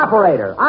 Operator